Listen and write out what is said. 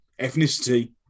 ethnicity